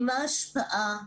הרווחה והבריאות.